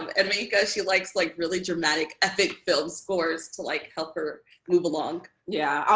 and maika, she likes, like, really dramatic epic film scores to, like, help her move along. yeah.